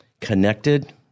connected